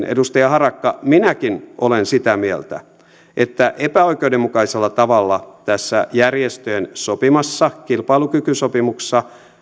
edustaja harakka minäkin olen sitä mieltä että epäoikeudenmukaisella tavalla tässä järjestöjen sopimassa kilpailukykysopimuksessa